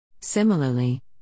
Similarly